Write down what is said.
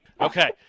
Okay